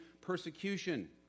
persecution